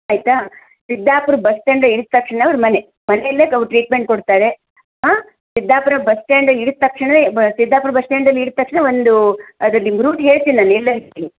ಆಯಿತಾ Siddapur bus stand ಇಳಿದ ತಕ್ಷಣ ಅವರ ಮನೆ ಮನೇಲೇ ಅವರು ಟ್ರೀಟ್ಮೆಂಟ್ ಕೊಡ್ತಾರೆ ಆಂ ಸಿದ್ದಾಪುರ ಬಸ್ ಸ್ಟಾಂಡ್ ಸ್ಟಾಂಡ್ ಇಳಿದ ತಕ್ಷಣನೇ ಸಿದ್ದಾಪುರ ಬಸ್ ಸ್ಟಾಂಡಲ್ಲಿ ಇಳಿದ ತಕ್ಷಣ ಒಂದು ಅದು ನಿಮಗೆ ರೂಟ್ ಹೇಳ್ತೀನಿ ನಾನು ಎಲ್ಲಂತೇಳಿ